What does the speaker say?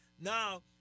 now